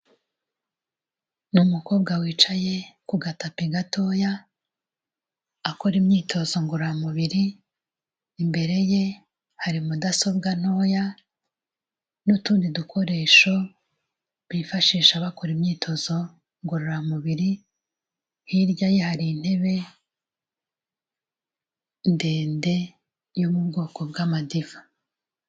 Ni umukobwa wicaye ku gatapi gatoya, akora imyitozo ngororamubiri, imbere ye hari mudasobwa ntoya, n'utundi dukoresho bifashisha bakora imyitozo ngororamubiri, hirya ye hari intebe ndende, yo mu bwoko bw'amadiva.